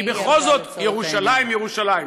כי בכל זאת ירושלים היא ירושלים.